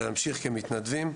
אלא להמשיך כמתנדבים.